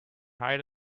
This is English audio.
hide